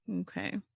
Okay